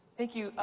thank you. ah